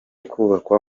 kubakwa